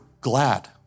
glad